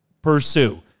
Pursue